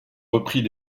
repris